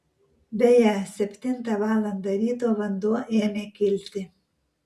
beje septintą valandą ryto vanduo ėmė kilti